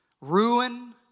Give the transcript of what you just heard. ruin